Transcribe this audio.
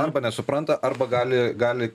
arba nesupranta arba gali gali